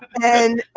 and i